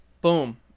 boom